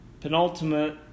penultimate